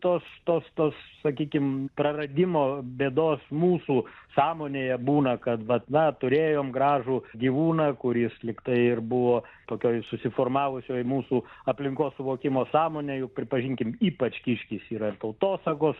tos tos tos sakykim praradimo bėdos mūsų sąmonėje būna kad vat na turėjom gražų gyvūną kuris lyg tai ir buvo tokioj susiformavusioj mūsų aplinkos suvokimo sąmonėj juk pripažinkim ypač kiškis yra ir tautosakos